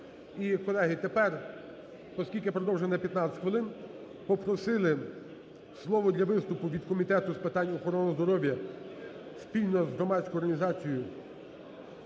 Колеги, тепер, оскільки продовжили на 15 хвилин, попросили слово для виступу від Комітету з питань охорони здоров'я спільно з громадською організацією